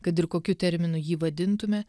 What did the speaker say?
kad ir kokiu terminu jį vadintume